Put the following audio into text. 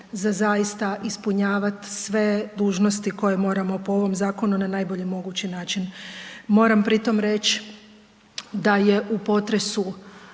za zaista ispunjavati sve dužnosti koje moramo po ovom zakonu na najbolji mogući način. Moramo pritom reći da je u potresu